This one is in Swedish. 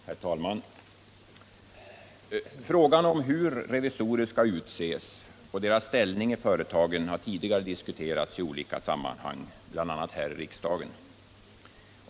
Herr talman! Frågan om hur revisorer skall utses och deras ställning i företagen har tidigare diskuterats i olika sammanhang, bl.a. här i riksdagen.